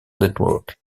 network